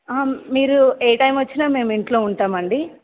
మీరు ఏ టైమ్ వచ్చిన మేము ఇంట్లో ఉంటాం అండి